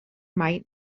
mai